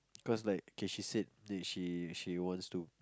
cause like okay she said that she she wants to